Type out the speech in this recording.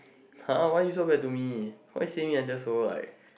[huh] why you so bad to me why say me I just so like